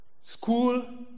School